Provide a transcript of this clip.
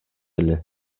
эле